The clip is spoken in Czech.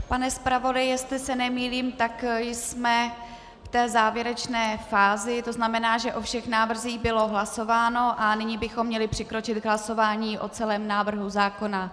Pane zpravodaji, jestli se nemýlím, tak jsme v té závěrečné fázi, to znamená, že o všech návrzích bylo hlasováno a nyní bychom měli přikročit k hlasování o celém návrhu zákona.